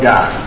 God